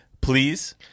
please –